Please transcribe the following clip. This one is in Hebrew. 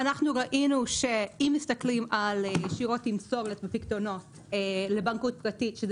אנחנו ראינו שאם מסתכלים על שיעור תמסורת בפיקדונות לבנקאות פרטית שזה